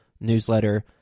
newsletter